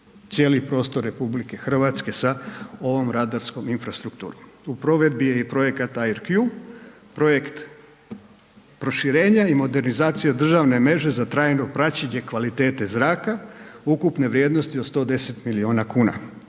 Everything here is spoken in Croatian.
cijeli prostor RH sa ovom radarskom infrastrukturom. U provedi je projekat AIRQ, projekt proširenja i modernizacije državne mreže za trajno praćenje kvalitete zraka ukupne vrijednosti od 110 miliona kuna,